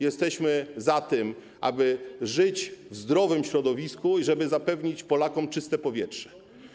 Jesteśmy za tym, aby żyć w zdrowym środowisku i żeby zapewnić Polakom czyste powietrze.